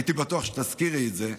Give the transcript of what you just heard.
הייתי בטוח שתזכירי את זה,